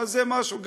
אבל זה גם משהו,